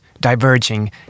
diverging